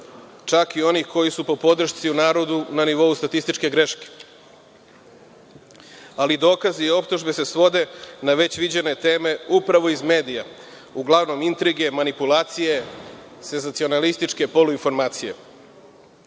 čak i oni koji su po podršci u narodu na nivou statističke greške. Ali, dokazi i optužbe se svode na već viđene teme upravo iz medija, uglavnom intrige, manipulacije, senzacionalističke poluinformacije. Čiji